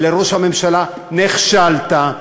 ולראש הממשלה נכשלת.